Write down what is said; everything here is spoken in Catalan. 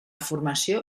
formació